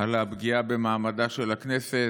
על הפגיעה במעמדה של הכנסת.